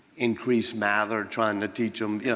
increased math or trying to teach him. yeah